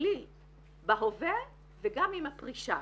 כלכלי בהווה וגם עם הפרישה